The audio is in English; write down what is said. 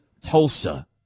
Tulsa